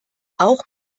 auch